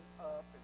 up